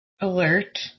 alert